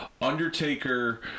Undertaker